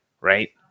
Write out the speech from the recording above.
right